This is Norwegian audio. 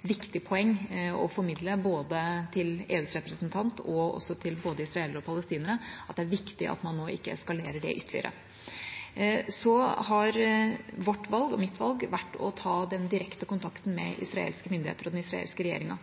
viktig poeng å formidle, både til EUs representant og til israelere og palestinere, at det er viktig at man nå ikke eskalerer det ytterligere. Så har vårt valg – mitt valg – vært å ta den direkte kontakten med israelske myndigheter og den israelske regjeringa.